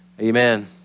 Amen